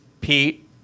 pete